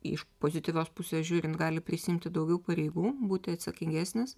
iš pozityvios pusės žiūrint gali prisiimti daugiau pareigų būti atsakingesnis